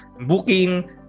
booking